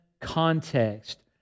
context